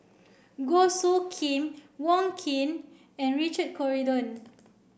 Goh Soo Khim Wong Keen and Richard Corridon